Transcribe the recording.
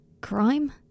crime